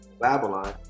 Babylon